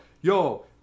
yo